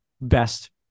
best